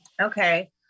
Okay